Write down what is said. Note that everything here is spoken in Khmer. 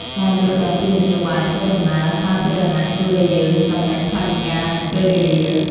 ការយល់ដឹងពីមធ្យោបាយធ្វើដំណើរសាធារណៈ ជួយឱ្យយើងចំណេញថវិកា និងពេលវេលា។